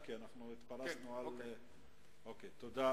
ב"ניו-יורק טיימס",